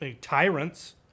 Tyrants